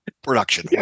Production